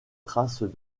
traces